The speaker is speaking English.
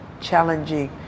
challenging